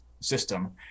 system